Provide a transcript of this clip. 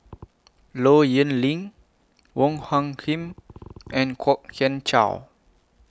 Low Yen Ling Wong Hung Khim and Kwok Kian Chow